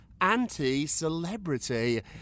anti-celebrity